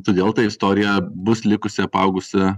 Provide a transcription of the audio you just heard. todėl ta istorija bus likusi apaugusia